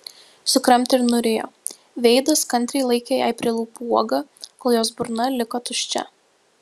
sukramtė ir nurijo veidas kantriai laikė jai prie lūpų uogą kol jos burna liko tuščia